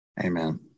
amen